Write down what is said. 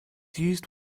used